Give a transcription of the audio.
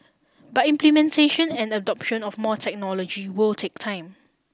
but implementation and adoption of more technology will take time